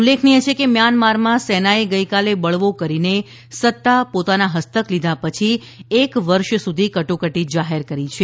ઉલ્લેખનીય છે કે મ્યાનમારમાં સેનાએ ગઈકાલે બળવો કરીને સત્તા પોતાના હસ્તક લીધા પછી એક વર્ષ સુધી કટોકટી જાહેર કરી છે